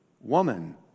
woman